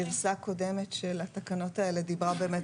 גרסה קודמת של התקנות האלה דיברה באמת